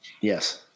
Yes